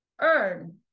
earn